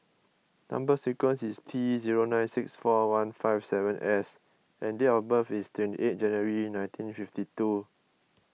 Number Sequence is T zero nine six four one five seven S and date of birth is twenty eight January nineteen fifty two